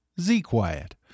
Z-Quiet